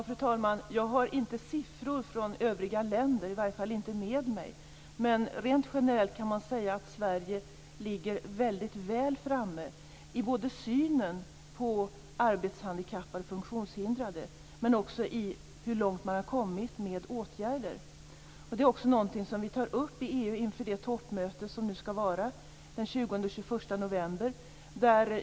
Fru talman! Jag har inte med mig några siffror från övriga länder. Rent generellt kan man säga att Sverige ligger väl framme i både synen på arbetshandikappade och funktionshindrade men också i hur långt det har gått med åtgärder. Det är något vi skall ta upp i EU vid det toppmöte som skall ske den 20-21 november.